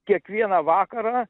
kiekvieną vakarą